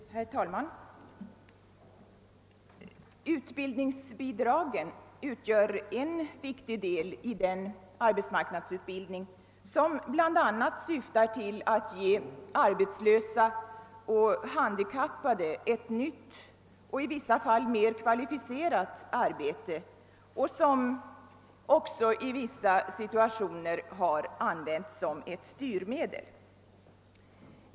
Herr talman! Utbildningsbidraget utgör en viktig del i den arbetsmarknadsutbildning som bl.a. syftar till att ge arbetslösa och handikappade ett nytt och i vissa fall mer kvalificerat arbete och som också i vissa situationer har använts som ett styrmedel.